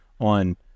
On